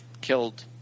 killed